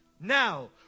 now